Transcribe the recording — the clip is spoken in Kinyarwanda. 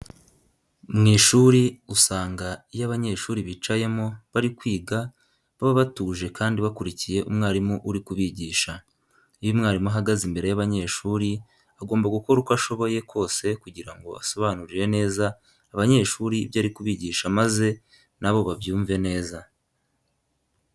Mu ishuri usanga iyo abanyeshuri bicayemo bari kwiga baba batuje kandi bakurikiye umwarimu uri kubigisha. Iyo umwarimu ahagaze imbere y'abanyeshuri agomba gukora uko ashoboye kose kugira ngo asobanurire neza abanyeshuri ibyo ari kubigisha maze na bo babyumve neza.